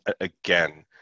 again